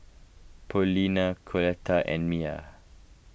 Paulina Coletta and Mia